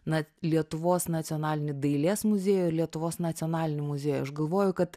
na lietuvos nacionalinį dailės muziejų lietuvos nacionalinį muziejų aš galvoju kad